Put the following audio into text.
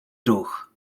ruch